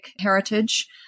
heritage